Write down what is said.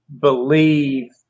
believe